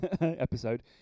episode